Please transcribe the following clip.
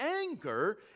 anger